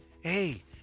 hey